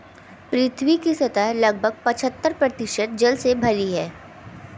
पृथ्वी की सतह लगभग पचहत्तर प्रतिशत जल से भरी है